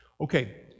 okay